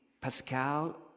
Pascal